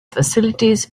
facilities